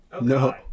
No